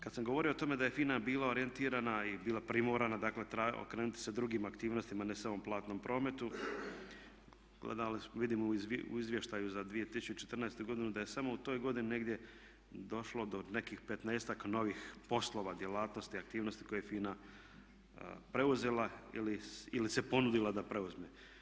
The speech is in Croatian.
Kad sam govorio o tome da je FINA bila orijentirana i bila primorana, dakle okrenuti se drugim aktivnostima ne samo platnom prometu vidimo u izvještaju za 2014. godinu da je samo u toj godini negdje došlo do nekih petnaestak novih poslova, djelatnosti, aktivnosti koje je FINA preuzela ili se ponudila da preuzme.